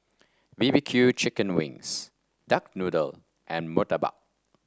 B B Q Chicken Wings Duck Noodle and Murtabak